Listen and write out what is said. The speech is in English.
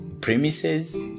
premises